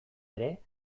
ere